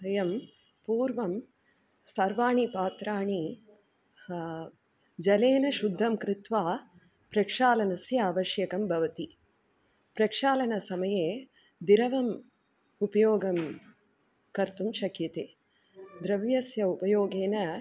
वयं पूर्वं सर्वाणि पात्राणि जलेन शुद्धं कृत्वा प्रक्षालनस्य आवश्यकं भवति प्रक्षालनसमये द्रव्यम् उपयोगं कर्तुं शक्यते द्रव्यस्य उपयोगेन